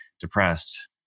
depressed